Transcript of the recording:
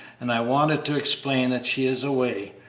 and i wanted to explain that she is away.